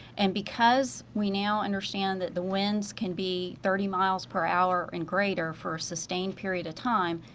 and because we now understand that the winds can be thirty miles per hour and greater for sustained period of time,